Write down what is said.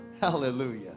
Hallelujah